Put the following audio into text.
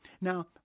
Now